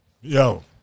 yo